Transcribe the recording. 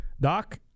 Doc